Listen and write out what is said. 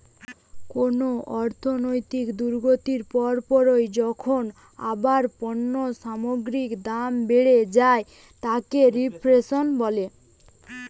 কুনো অর্থনৈতিক দুর্গতির পর পরই যখন আবার পণ্য সামগ্রীর দাম বেড়ে যায় তাকে রেফ্ল্যাশন বলে